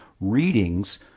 readings